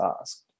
asked